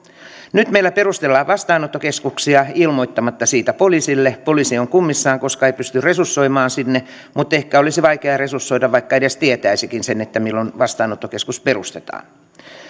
nyt meillä perustellaan vastaanottokeskuksia ilmoittamatta siitä poliisille poliisi on kummissaan koska ei pysty resursoimaan sinne mutta ehkä olisi vaikea resursoida vaikka tietäisikin sen milloin vastaanottokeskus perustetaan